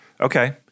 Okay